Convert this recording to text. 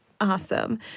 Awesome